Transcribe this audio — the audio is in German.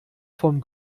vom